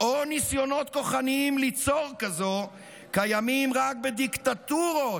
או ניסיונות כוחניים ליצור כזאת קיימים רק בדיקטטורות,